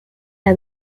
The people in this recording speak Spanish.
las